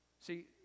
See